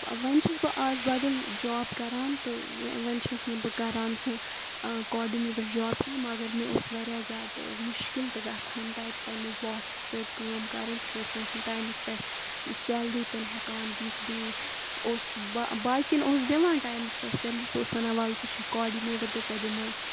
وَنۍ چھَس بہٕ آز بَدل جاب کَران تہٕ ونۍ چھَس نہٕ بہٕ کَران سُہ کاڈِنیٹَر جاب کینٛہہ مگر مےٚ اوس واریاہ زیادٕ مُشکِل تہِ گَژھان تَتہِ پنٛنِس باسَس سۭتۍ کٲم کَرٕنۍ تِکیازِ سُہ اوس نہٕ ٹایمَس پٮ۪ٹھ سیلری تِنہٕ ہٮ۪کان دِتھ بیٚیہِ اوس بہ باقیَن اوس دِوان ٹایمَس پٮ۪ٹھ سیلری سُہ اوس وَنان وَلہٕ ژٕ چھِ کاڈنیٹَر تہٕ ژےٚ دِمَے